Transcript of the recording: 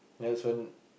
that's when